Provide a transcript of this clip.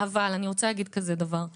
אבל אף אחד אישה